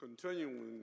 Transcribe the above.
continuing